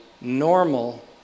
normal